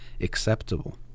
acceptable